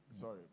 Sorry